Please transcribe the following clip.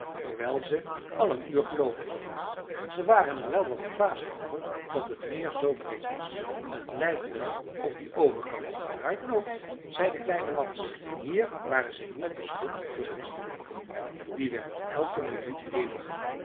hoewel ze al een uur geloopen hadden ze waren er wat verbaasd over dat het meer zoo breed was t lijkt wel of die overkant achteruit loopt zei de kleine mads hier waren ze niet beschut voor den westenwind die werd elke minuut heviger